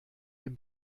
dem